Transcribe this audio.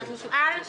זה מופעל?